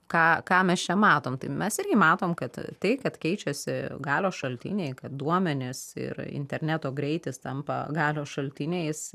ką ką mes čia matom tai mes irgi matom kad tai kad keičiasi galios šaltiniai duomenys ir interneto greitis tampa galios šaltiniais